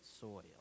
soil